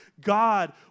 God